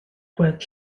gweld